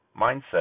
mindset